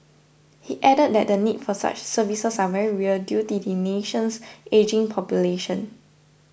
he added that the need for such services are very real due to the nation's ageing population